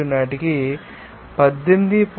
97 నాటికి 18